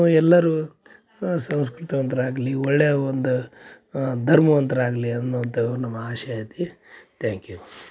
ಎಲ್ಲರೂ ಸಂಸ್ಕೃತವಂತರು ಆಗಲಿ ಒಳ್ಳೆಯ ಒಂದು ಧರ್ಮವಂತ್ರು ಆಗಲಿ ಅನ್ನೋವಂಥವು ನಮ್ಮ ಆಶಯ ಐತಿ ತ್ಯಾಂಕ್ ಯು